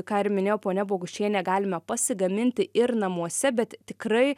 ką ir minėjo ponia bogušienė galime pasigaminti ir namuose bet tikrai